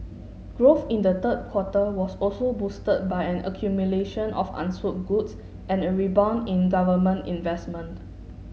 growth in the third quarter was also boosted by an accumulation of unsold goods and a rebound in government investment